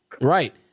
Right